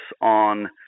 on